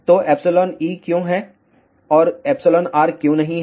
तो e क्यो है और εr क्यो नहीं है